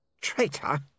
Traitor